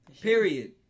Period